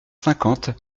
cinquante